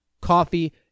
coffee